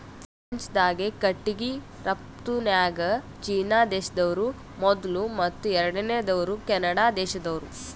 ಪ್ರಪಂಚ್ದಾಗೆ ಕಟ್ಟಿಗಿ ರಫ್ತುನ್ಯಾಗ್ ಚೀನಾ ದೇಶ್ದವ್ರು ಮೊದುಲ್ ಮತ್ತ್ ಎರಡನೇವ್ರು ಕೆನಡಾ ದೇಶ್ದವ್ರು